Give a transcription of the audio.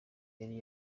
yari